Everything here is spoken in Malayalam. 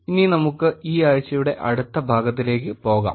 ഇനി നമുക്ക് ഈ ആഴ്ചയുടെ അടുത്ത ഭാഗത്തിലേക്ക് പോകാം